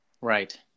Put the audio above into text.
Right